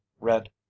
Red